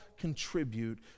contribute